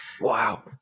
Wow